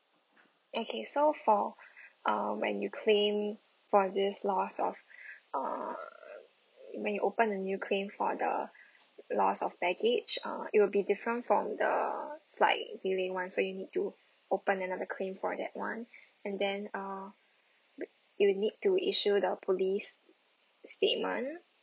okay so for uh when you claim for this loss of uh when you open a new claim for the loss of baggage uh it will be different from the flight delay [one] so you need to open another claim for that [one] and then uh you will need to issue the police statement